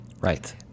Right